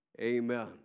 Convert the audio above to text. amen